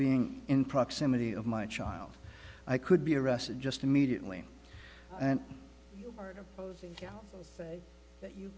being in proximity of my child i could be arrested just immediately and you